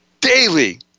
daily